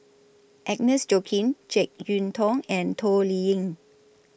Agnes Joaquim Jek Yeun Thong and Toh Liying